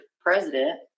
president